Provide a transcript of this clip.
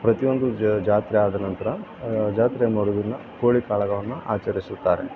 ಪ್ರತಿಯೊಂದು ಜಾತ್ರೆ ಆದ ನಂತರ ಜಾತ್ರೆಯ ಮರುದಿನ ಕೋಳಿ ಕಾಳಗವನ್ನು ಆಚರಿಸುತ್ತಾರೆ